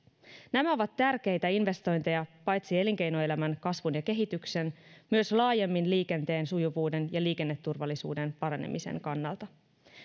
nämä ovat tärkeitä investointeja paitsi elinkeinoelämän kasvun ja kehityksen myös laajemmin liikenteen sujuvuuden ja liikenneturvallisuuden paranemisen kannalta